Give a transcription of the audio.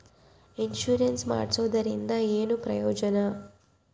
Insurance ಮಾಡ್ಸೋದರಿಂದ ಏನು ಪ್ರಯೋಜನ?